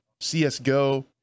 CSGO